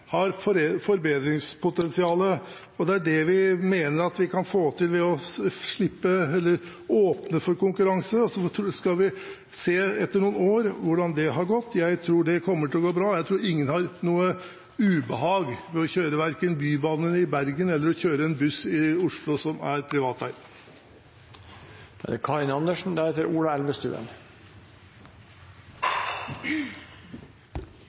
har forbedringspotensial. Det er det vi mener at vi kan få til ved å åpne for konkurranse, og så skal vi se etter noen år hvordan det har gått. Jeg tror det kommer til å gå bra, jeg tror ingen får noe ubehag av å kjøre verken Bybanen i Bergen eller en buss i Oslo som er privateid. Som en veteran blant stortingsrepresentanter, som nå har vært her i 18 år, må jeg si at jeg er